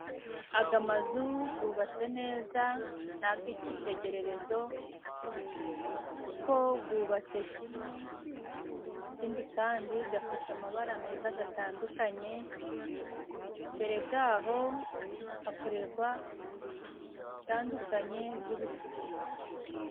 Aga amazu gubatse neza nag'itegererezo kuko gubatse kimwe ikindi kandi gafite amabara meza gatandukanye, imbere gaho hakorerwa imirimo zitandukanye z'ubucuruzi.